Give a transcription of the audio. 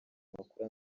makuru